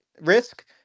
risk